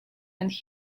and